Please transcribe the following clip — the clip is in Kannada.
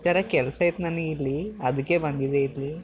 ಜರಾ ಕೆಲಸ ಇತ್ತು ನನಗೆ ಇಲ್ಲಿ ಅದಕ್ಕೆ ಬಂದಿದ್ದೆ ಇಲ್ಲಿ